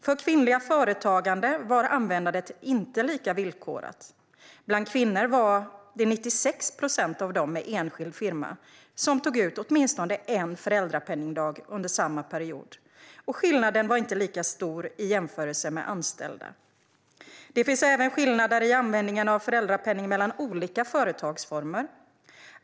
För kvinnliga företagare var användandet inte lika villkorat. Bland kvinnor var det 96 procent av dem med enskild firma som tog ut åtminstone en föräldrapenningsdag under samma period, och skillnaden var inte lika stor i jämförelse med anställda. Det finns även skillnader i användningen av föräldrapenning mellan olika företagsformer.